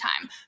time